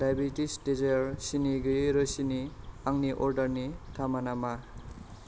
diabetics डेजायार सिनि गोयि रोसिनि आंनि अर्डारनि थामाना मा